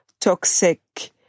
toxic